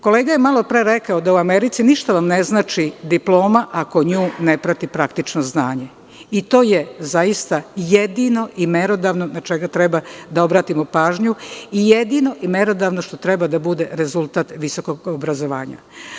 Kolega je malo pre rekao da u Americi ništa vam ne znači diploma, ako nju praktično ne prati znanje i to je zaista jedino merodavno na šta treba da obratimo pažnju i jedino što treba da bude rezultat visokog obrazovanja.